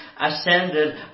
ascended